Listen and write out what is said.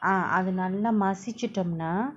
ah அது நல்லா மசிச்சிட்டம்னா:athu nalla masichitamna